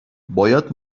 باید